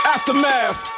Aftermath